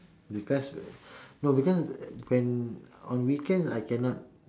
because no because when on weekends I cannot